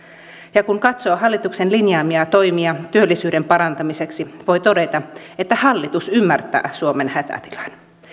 ja kun katsoo hallituksen linjaamia toimia työllisyyden parantamiseksi voi todeta että hallitus ymmärtää suomen hätätilan